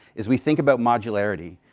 is we think about modularity.